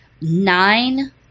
Nine